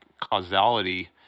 causality